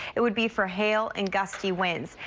it would be for hail and gusty winds.